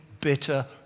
bitter